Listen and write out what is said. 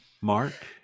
Mark